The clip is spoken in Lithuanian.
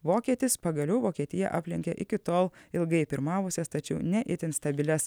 vokietis pagaliau vokietija aplenkė iki tol ilgai pirmavusias tačiau ne itin stabilias